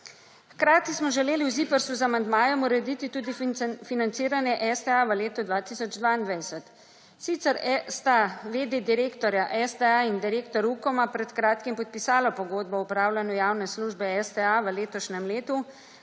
Hkrati smo želeli v ZIPRS z amandmajem urediti tudi financiranje STA v letu 2022. Sicer sta v. d. direktorja STA in direktor Ukoma pred kratkim podpisala pogodbo o opravljanju javne službe STA v letošnjem letu,